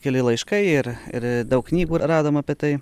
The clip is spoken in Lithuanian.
keli laiškai ir ir daug knygų radom apie tai